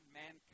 man